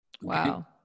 Wow